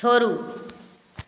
छोड़ू